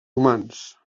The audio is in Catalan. humans